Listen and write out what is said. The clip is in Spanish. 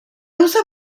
usa